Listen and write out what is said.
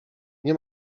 nie